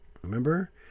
Remember